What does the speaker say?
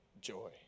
joy